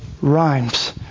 rhymes